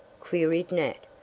queried nat.